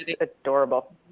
adorable